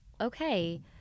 okay